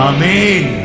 Amen